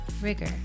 rigor